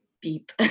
beep